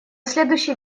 следующий